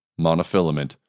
monofilament